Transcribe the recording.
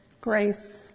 grace